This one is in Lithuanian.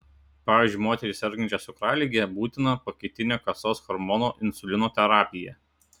pavyzdžiui moteriai sergančiai cukralige būtina pakaitinė kasos hormono insulino terapija